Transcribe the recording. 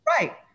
Right